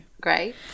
Great